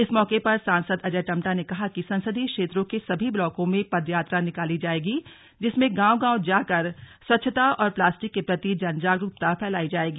इस मौके पर सांसद अजय टम्टा ने कहा कि संसदीय क्षेत्रों के सभी ब्लॉकों में पद यात्रा निकाली जायेगी जिसमें गांव गांव जाकर स्वच्छता और प्लास्टिक के प्रति जनजागरूकता फैलायी जायेगी